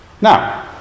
Now